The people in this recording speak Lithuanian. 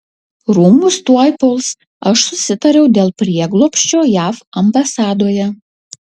rūmus tuoj puls aš susitariau dėl prieglobsčio jav ambasadoje